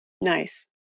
Nice